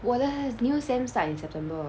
我的 new sem start in september